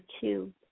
two